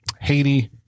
Haiti